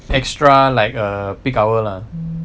extra like err peak hour lah